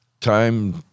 time